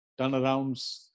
turnarounds